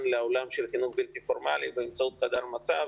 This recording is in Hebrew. לעולם של החינוך הבלתי פורמלי באמצעות חדר מצב